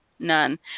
none